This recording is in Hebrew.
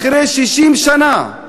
אחרי 60 שנה,